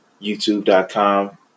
youtube.com